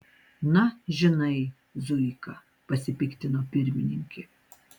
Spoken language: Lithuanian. na žinai zuika pasipiktino pirmininkė